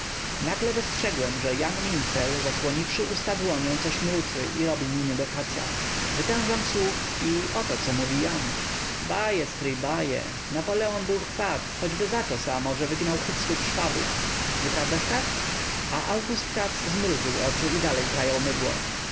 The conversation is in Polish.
nagle dostrzegłem że jan mincel zasłoniwszy usta dłonią coś mruczy i robi miny do katza wytężam słuch i oto co mówi jan baje stryj baje napoleon był chwat choćby za to samo że wygnał hyclów szwabów nieprawda katz a august katz zmrużył oczy i dalej krajał mydło